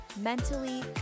mentally